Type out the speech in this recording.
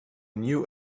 new